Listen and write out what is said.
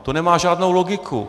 To nemá žádnou logiku.